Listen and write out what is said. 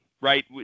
right